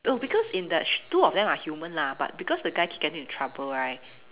oh because in that sh~ two of them are human lah but because that guy keep getting into trouble right